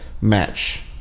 match